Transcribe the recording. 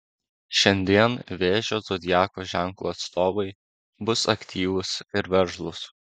šiandien vėžio zodiako ženklo atstovai bus aktyvūs ir veržlūs